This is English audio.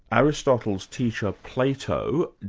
aristotle's teacher, plato,